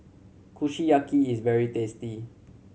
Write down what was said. kushiyaki is very tasty